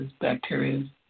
bacteria